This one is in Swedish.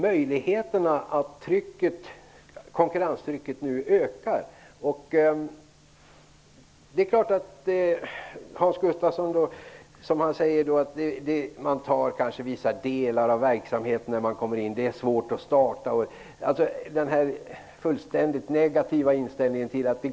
Konkurrenstrycket ökar nu. Det är klart att man som Hans Gustafsson säger tar vissa delar av verksamheten när man kommer in i den och att det är svårt att starta. Det råder en fullständigt negativ inställning.